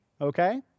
Okay